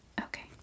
okay